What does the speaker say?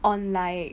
on like